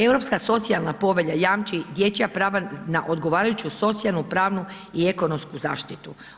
Europska socijalna povelja jamči dječja prava na odgovarajuću socijalnu, pravnu i ekonomsku zaštitu.